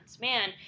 man